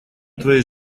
твоей